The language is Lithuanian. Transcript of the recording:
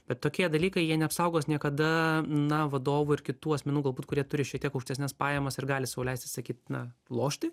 bet tokie dalykai jie neapsaugos niekada na vadovų ir kitų asmenų galbūt kurie turi šitiek aukštesnes pajamas ir gali sau leisti sakyt na lošti